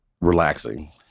Relaxing